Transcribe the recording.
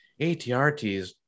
ATRTs